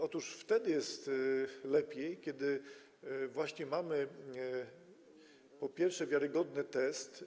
Otóż wtedy jest lepiej, kiedy mamy, po pierwsze, wiarygodny test.